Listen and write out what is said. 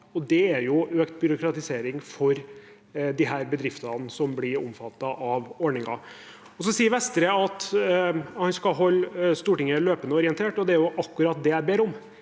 det er økt byråkratisering for de bedriftene som blir omfattet av ordningen. Så sier Vestre at han skal holde Stortinget løpende orientert, og det er akkurat det jeg ber om.